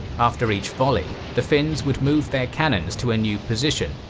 after each volley, the finns would move their cannons to a new position,